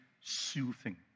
soothing